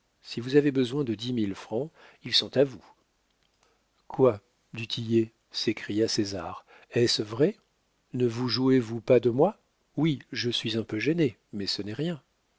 si vous avez besoin de dix mille francs ils sont à vous quoi du tillet s'écria césar est-ce vrai ne vous jouez-vous pas de moi oui je suis un peu gêné mais ce n'est rien